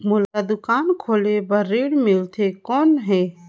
मोला दुकान खोले बार ऋण मिलथे कौन?